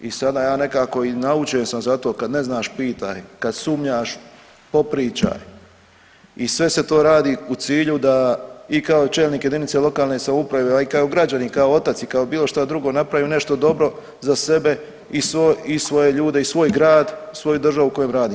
I sada ja nekako i naučen sam za to kad ne znaš pitaj, kad sumnjaš popričaj i sve se to radi u cilju da i kao čelnik jedinice lokalne samouprave, a i kao građanin i kao otac i kao bilo šta drugo napravim nešto dobro za sebe i svoje ljude i svoj grad i svoju državu u kojoj radi.